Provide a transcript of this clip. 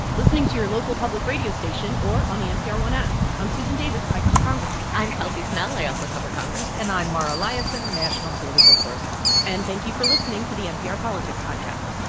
listening to your local public radio station or on the npr one app i'm susan davis. i cover congress i'm kelsey snell. i also cover congress and i'm mara liasson, national political correspondent and thank you for listening to the npr politics podcast